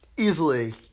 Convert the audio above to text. Easily